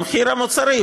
במחיר המוצרים.